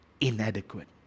inadequate